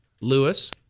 Lewis